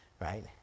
right